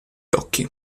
occhi